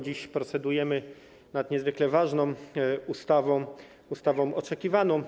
Dziś procedujemy nad niezwykle ważną ustawą, oczekiwaną.